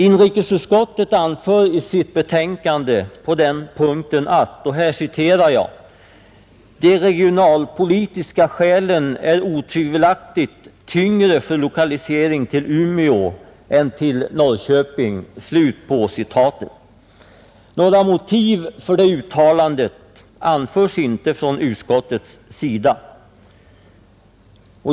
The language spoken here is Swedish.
Inrikesutskottet anför i sitt betänkande på denna punkt: ”De regionalpolitiska skälen är otvivelaktigt tyngre för lokalisering till Umeå än för Norrköping.” Några motiv för det uttalandet anförs inte av utskottet.